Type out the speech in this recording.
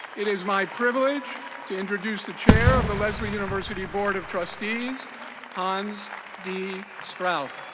it is my privilege to introduce the chair of the lesley university board of trustees hans d. strauss.